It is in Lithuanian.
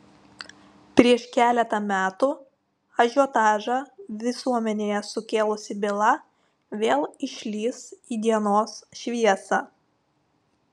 prieš keletą metų ažiotažą visuomenėje sukėlusi byla vėl išlįs į dienos šviesą